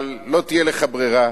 אבל לא תהיה לך ברירה: